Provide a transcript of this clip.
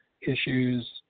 issues